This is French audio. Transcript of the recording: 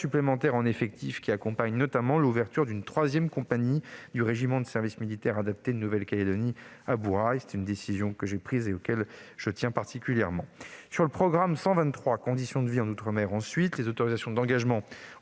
supplémentaires en effectifs qui accompagnent notamment l'ouverture d'une troisième compagnie du régiment du service militaire adapté de Nouvelle-Calédonie, à Bourail. C'est une décision que j'ai prise et à laquelle je tiens particulièrement. Sur le programme 123, « Conditions de vie en outre-mer », les autorisations d'engagement